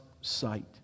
sight